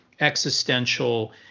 existential